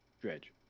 Dredge